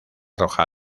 roja